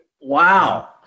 Wow